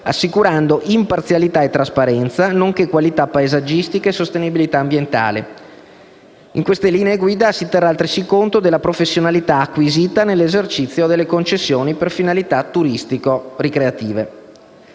assicurando imparzialità e trasparenza, nonché qualità paesaggistica e sostenibilità ambientale. In queste linee guida si terrà altresì conto della professionalità acquisita nell'esercizio delle concessioni per finalità turistico-ricreative.